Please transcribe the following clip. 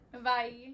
Bye